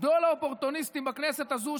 גדול האופורטוניסטים בכנסת הזו,